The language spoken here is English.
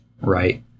right